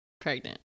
pregnant